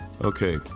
Okay